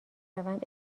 روند